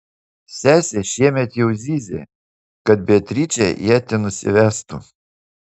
sesė šiemet jau zyzė kad beatričė ją ten nusivestų